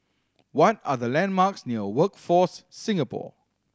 what are the landmarks near Workforce Singapore